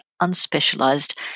unspecialized